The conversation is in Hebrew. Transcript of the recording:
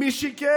עם מי שיקם?